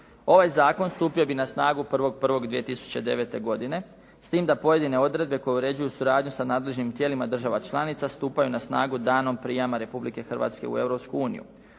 Ovaj zakon stupio bi na snagu 1.1.2009. godine s tim da pojedine odredbe koje uređuju suradnju sa nadležnim tijelima država članica stupaju na snagu danom prijama Republike Hrvatske u